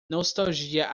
nostalgia